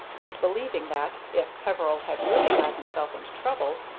and believing that, if peveril had really got himself into trouble,